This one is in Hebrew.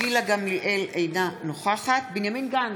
גילה גמליאל, אינה נוכחת בנימין גנץ,